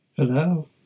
Hello